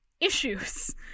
issues